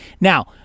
now